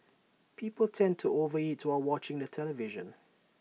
people tend to over eat to all watching the television